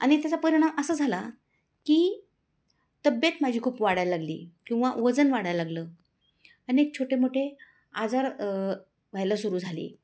आणि त्याचा परिणाम असा झाला की तब्येत माझी खूप वाढायला लागली किंवा वजन वाढायला लागलं अनेक छोटे मोठे आजार व्हायला सुरू झाले